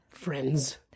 friends